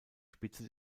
spitze